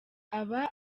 aba